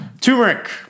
Turmeric